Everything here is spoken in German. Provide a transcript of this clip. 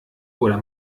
oder